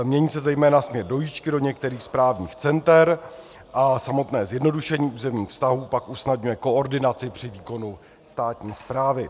Mění se zejména směr dojížďky do některých správních center a samotné zjednodušení územních vztahů pak usnadňuje koordinaci při výkonu státní správy.